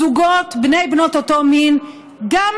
זוגות בני ובנות אותו מין, גם